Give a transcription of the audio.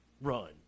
Run